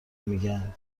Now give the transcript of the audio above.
میگن